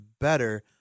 better